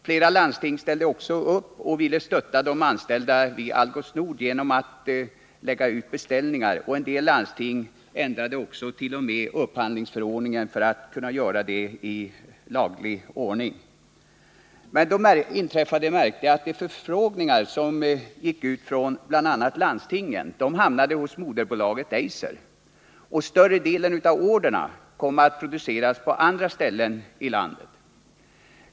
Flera landsting ställde också upp och ville stötta de anställda vid f. d. Algots Nord genom att lägga ut beställningar, och en del landsting ändrade t.o.m. upphandlingsförordningen för att kunna göra det i laglig ordning. Men då inträffade det märkliga att de förfrågningar som gick ut från bl.a. landstingen hamnade hos moderbolaget Eiser, och större delen av orderna kom att produceras på andra ställen i landet.